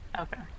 Okay